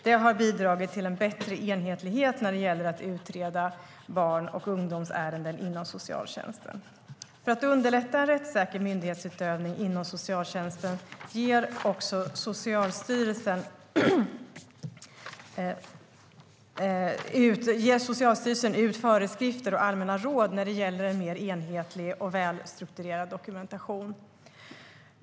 Det har bidragit till en bättre enhetlighet när det gäller att utreda barn och ungdomsärenden inom socialtjänsten. För att underlätta en rättssäker myndighetsutövning inom socialtjänsten ger också Socialstyrelsen ut föreskrifter och allmänna råd när det gäller en mer enhetlig och väl strukturerad dokumentation.